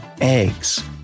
eggs